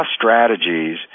strategies